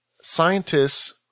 scientists